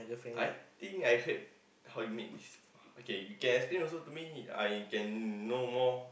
I think I heard how you make this okay you can explain also to me I can know more